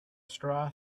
straw